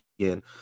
again